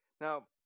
Now